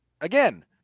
Again